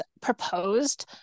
proposed